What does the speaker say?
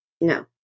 No